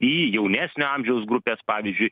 į jaunesnio amžiaus grupes pavyzdžiui